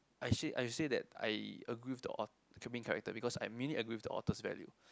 I say I say that I agree with the auth~ okay main character because I mainly agree with the author's value